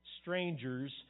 strangers